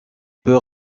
peut